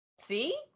See